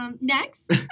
Next